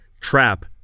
trap